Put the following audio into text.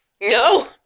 No